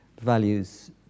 values